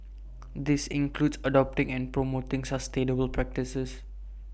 this includes adopting and promoting sustainable practices